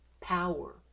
power